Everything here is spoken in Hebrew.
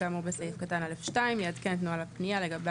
כאמור בסעיף קטן (א) (2) יעדכן את נוהל הפנייה לגבי